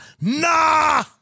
nah